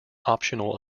optional